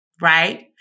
Right